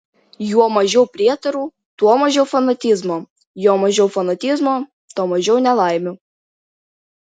juo mažiau prietarų tuo mažiau fanatizmo juo mažiau fanatizmo tuo mažiau nelaimių